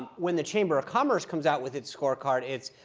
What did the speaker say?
when the chamber of commerce comes out with its scorecard, it's,